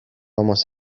almost